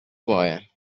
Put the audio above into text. wire